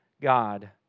God